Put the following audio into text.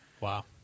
Wow